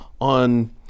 on